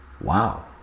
wow